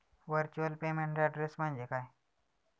Virtual payment address म्हणजे काय?